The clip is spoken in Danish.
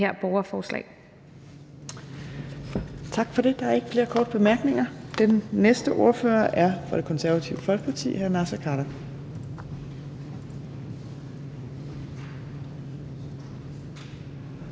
(Trine Torp): Tak for det. Der er ikke flere korte bemærkninger. Den næste ordfører er fra Det Konservative Folkeparti, og det er hr.